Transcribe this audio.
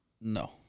No